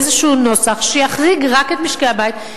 איזה נוסח שיחריג רק את משקי-הבית,